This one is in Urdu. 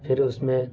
پھر اس میں